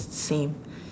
same